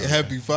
Happy